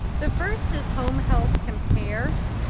the first is home health compare.